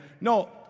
No